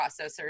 processors